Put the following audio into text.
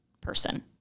person